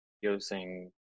using